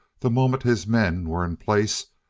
the moment his men were in place,